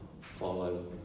follow